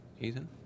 Ethan